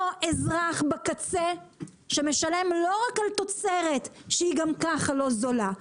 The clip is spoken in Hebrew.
אותו אזרח בקצה שמשלם לא רק על תוצרת שהיא גם כך לא זולה,